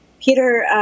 Peter